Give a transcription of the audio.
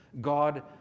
God